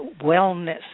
wellness